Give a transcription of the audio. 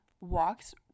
walks